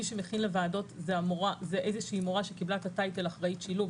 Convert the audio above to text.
מי שמכין לוועדות זה איזושהי מורה שקיבלה את הטייטל אחראית שילוב,